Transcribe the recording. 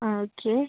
okay